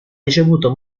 ricevuto